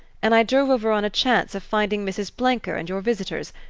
and i drove over on a chance of finding mrs. blenker and your visitors.